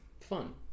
fun